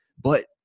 But-